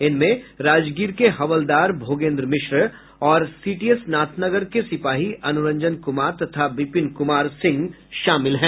जिसमें राजगीर के हवलदार भोगेन्द्र मिश्रा और सीटीएस नाथनगर के सिपाही अनुरंजन कुमार तथा बिपिन कुमार सिंह शामिल हैं